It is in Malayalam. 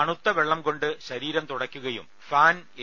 തണുത്തവെള്ളംകൊണ്ട് ശരീരം തുടയ്ക്കുകയും ഫാൻ എ